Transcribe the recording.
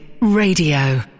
Radio